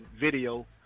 video